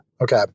Okay